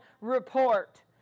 report